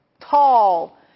tall